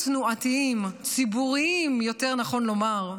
אישיים-תנועתיים, ציבוריים, יותר נכון לומר.